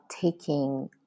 taking